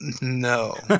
No